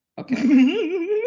Okay